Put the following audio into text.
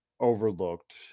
overlooked